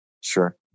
Sure